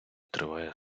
триває